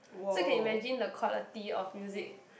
so you can imagine the quality of music